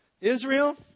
Israel